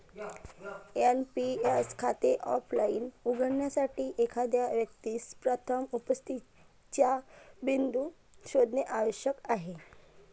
NPS खाते offline उघडण्यासाठी, एखाद्या व्यक्तीस प्रथम उपस्थितीचा बिंदू शोधणे आवश्यक आहे